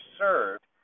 served